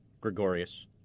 Gregorius